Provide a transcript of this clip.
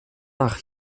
ach